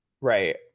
Right